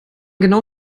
genau